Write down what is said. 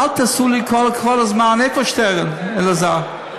אל תעשו לי כל הזמן, איפה שטרן, אלעזר?